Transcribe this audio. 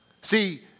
See